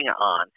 on